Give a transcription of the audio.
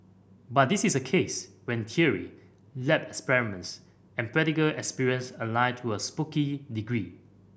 but this is a case when theory lab experiments and practical experience align to a spooky degree